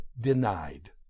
denied